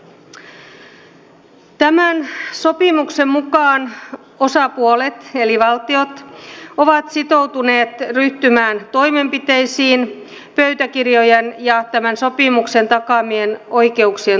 tämän sopimuksen mukaan osapuolet eli valtiot ovat sitoutuneet ryhtymään toimenpiteisiin pöytäkirjojen ja tämän sopimuksen takaamien oikeuksien toteuttamiseksi